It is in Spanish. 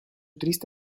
triste